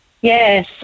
Yes